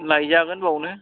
नायजागोन बावनो